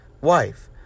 wife